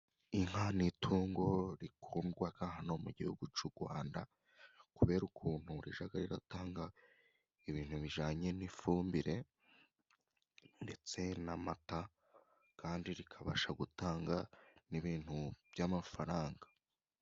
Inka ni itungo rikundwa hano mu gihugu cy'u Rwanda, kubera ukuntu rijya ritanga ibintu bijyanye n'ifumbire, ndetse n'amata, kandi rikabasha gutanga n'ibintu by'amafaranga.